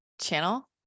channel